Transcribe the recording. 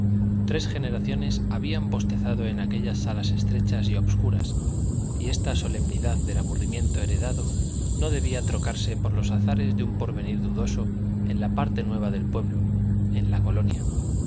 tres generaciones habían bostezado en aquellas salas estrechas y obscuras y esta solemnidad del aburrimiento heredado no debía trocarse por los azares de un porvenir dudoso en la parte nueva del pueblo en la colonia